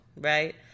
right